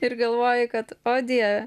ir galvoji kad o dieve